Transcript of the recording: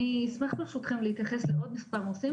אני אשמח ברשותכם להתייחס לעוד מספר נושאים